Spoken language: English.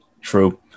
true